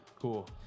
cool